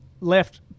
left